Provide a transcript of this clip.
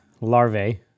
larvae